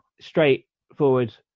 straightforward